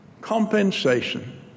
Compensation